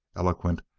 eloquent,